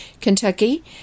Kentucky